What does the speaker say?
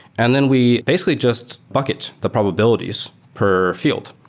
and then we basically just bucket the probabilities per field.